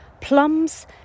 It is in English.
plums